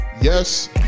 Yes